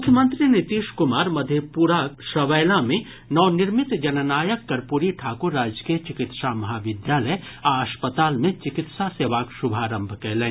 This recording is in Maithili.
मुख्यमंत्री नीतीश कुमार मधेपुराक सबैला मे नवनिर्मित जननायक कर्पूरी ठाकुर राजकीय चिकित्सा महाविद्यालय आ अस्पताल मे चिकित्सा सेवाक शुभारंभ कयलनि